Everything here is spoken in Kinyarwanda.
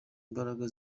imbaraga